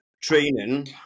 training